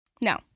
No